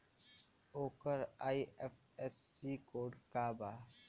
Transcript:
ओकर IFSC code का बा?